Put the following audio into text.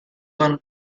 one